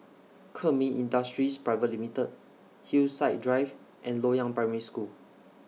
Kemin Industries Private Limited Hillside Drive and Loyang Primary School